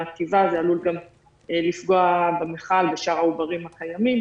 טיבה זה עלול לפגוע במיכל בשאר העוברים הקיימים.